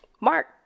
Mark